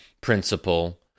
principle—